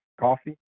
coffee